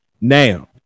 Now